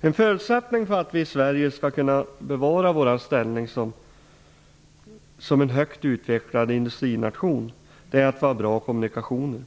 En förutsättning för att vi i Sverige skall kunna bevara vår ställning som en högt utvecklad industrination är att vi har bra kommunikationer.